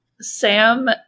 Sam